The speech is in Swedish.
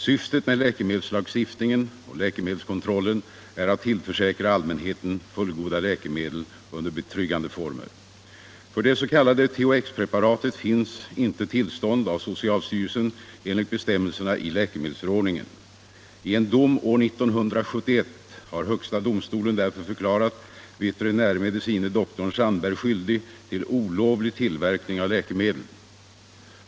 Syftet med läkemedelslagstiftningen och läkemedelskontrollen är att tillförsäkra allmänheten fullgoda läkemedel under betryggande former. För det s.k. THX-preparatet finns inte tillstånd av socialstyrelsen enligt bestämmelserna i läkemedelsförordningen. I en dom år 1971 har högsta domstolen därför förklarat veterinärmedicine doktorn Sandberg skyldig till olovlig tillverkning av läkemedel.